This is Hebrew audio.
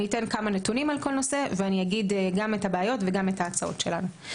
אתן כמה נתונים על כל נושא ואגיד גם את הבעיות וגם את ההצעות שלנו.